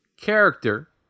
character